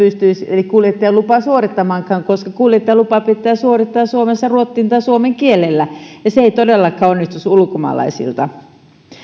eli kuljettajan lupaa pystyisi suorittamaankaan koska kuljettajan lupa pitää suorittaa suomessa ruotsin tai suomen kielellä ja se ei todellakaan onnistuisi ulkomaalaisilta